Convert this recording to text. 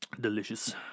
delicious